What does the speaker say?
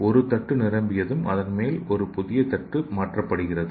ஒரு தட்டு நிரம்பியதும் அதன் மேல் ஒரு புதிய தட்டு மாற்றப்படுகிறது